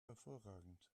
hervorragend